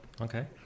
Okay